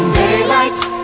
daylights